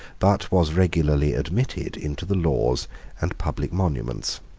but was regularly admitted into the laws and public monuments.